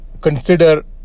consider